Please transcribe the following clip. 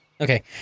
Okay